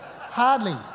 hardly